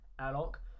airlock